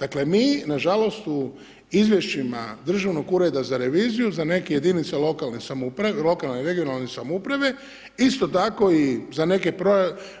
Dakle, mi, na žalost, u izvješćima Državnog ureda za reviziju za neke jedinice lokalne samouprave, lokalne i regionalne samouprave, isto tako i za neke